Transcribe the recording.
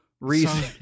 reason